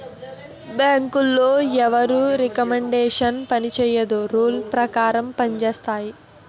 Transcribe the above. బ్యాంకులో ఎవరి రికమండేషన్ పనిచేయదు రూల్ పేకారం పంజేత్తాయి